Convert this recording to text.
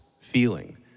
feeling